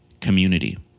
community